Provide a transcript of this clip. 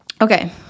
Okay